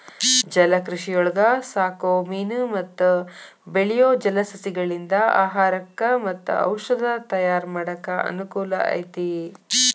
ಜಲಕೃಷಿಯೊಳಗ ಸಾಕೋ ಮೇನು ಮತ್ತ ಬೆಳಿಯೋ ಜಲಸಸಿಗಳಿಂದ ಆಹಾರಕ್ಕ್ ಮತ್ತ ಔಷದ ತಯಾರ್ ಮಾಡಾಕ ಅನಕೂಲ ಐತಿ